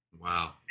Wow